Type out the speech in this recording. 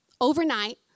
overnight